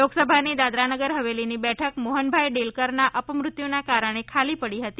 લોકસભાની દાદરા નગર હવેલીની બેઠક મોહનભાઇ ડેલકરના અપમૃત્યુના કારણે ખાલી પડી હતી